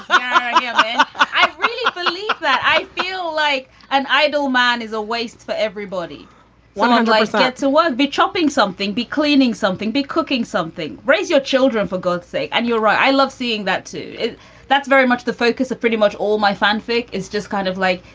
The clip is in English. i believe that i feel like an idle man is a waste for everybody one on life's not to be be chopping something. be cleaning something. be cooking something. raise your children for god's sake. and you're right. i love seeing that too. that's very much the focus of pretty much all. my fanfic is just kind of like,